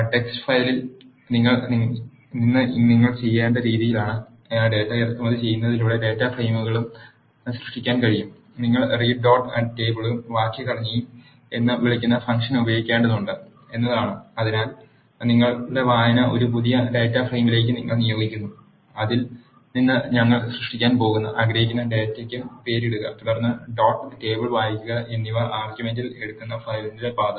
text ഫയലിൽ നിന്ന് നിങ്ങൾ ചെയ്യേണ്ട രീതിയിലേക്ക് ഡാറ്റ ഇറക്കുമതി ചെയ്യുന്നതിലൂടെ ഡാറ്റ ഫ്രെയിമുകളും സൃഷ്ടിക്കാൻ കഴിയും നിങ്ങൾ റീഡ് ഡോട്ട് ടേബിളും വാക്യഘടനയും എന്ന് വിളിക്കുന്ന ഫംഗ്ഷൻ ഉപയോഗിക്കേണ്ടതുണ്ട് എന്നതാണ് അതിനായി നിങ്ങളുടെ വായന ഒരു പുതിയ ഡാറ്റാ ഫ്രെയിമിലേക്ക് നിങ്ങൾ നിയോഗിക്കുന്നു അതിൽ നിന്ന് നിങ്ങൾ സൃഷ്ടിക്കാൻ ആഗ്രഹിക്കുന്ന ഡാറ്റയ്ക്ക് പേരിടുക തുടർന്ന് ഡോട്ട് ടേബിൾ വായിക്കുക എന്നിവ ആർഗ്യുമെന്റിൽ എടുക്കുന്നു ഫയലിന്റെ പാത